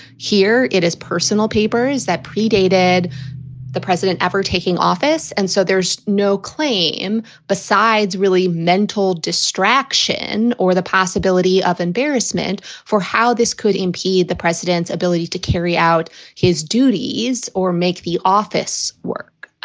here it is, personal papers that predated the president ever taking office. and so there's no claim besides really mental distraction or the possibility of embarrassment for how this could impede the president's ability to carry out his duties or make the office work.